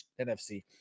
NFC